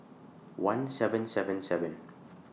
one seven seven seven